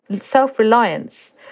self-reliance